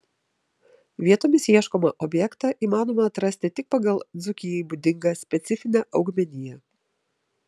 vietomis ieškomą objektą įmanoma atrasti tik pagal dzūkijai būdingą specifinę augmeniją